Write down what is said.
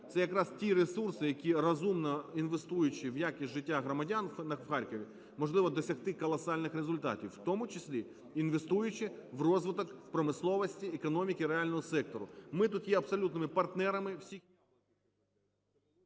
це якраз ті ресурси, які, розумно інвестуючи в якість життя громадян в Харкові, можливо досягти колосальних результатів, в тому числі інвестуючи в розвиток промисловості, економіки реального сектору. Ми тут є абсолютними партнерами всі